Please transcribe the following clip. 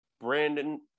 brandon